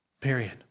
Period